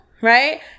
right